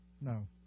No